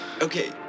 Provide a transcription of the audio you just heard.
okay